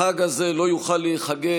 החג הזה לא יוכל להיחגג,